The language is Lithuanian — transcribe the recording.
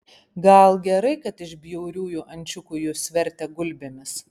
gal gerai kad iš bjauriųjų ančiukų jus vertė gulbėmis